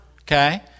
okay